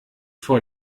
vor